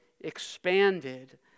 expanded